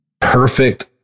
perfect